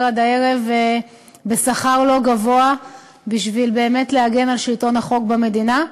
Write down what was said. עד הערב בשכר לא גבוה בשביל באמת להגן על שלטון החוק במדינה.